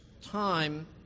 time